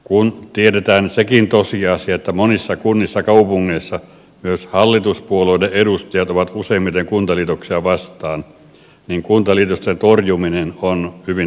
kun tiedetään sekin tosiasia että monissa kunnissa ja kaupungeissa myös hallituspuolueiden edustajat ovat useimmiten kuntaliitoksia vastaan niin kuntaliitosten torjuminen on hyvin todennäköistä